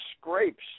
scrapes